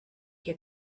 hier